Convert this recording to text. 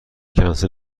کنسل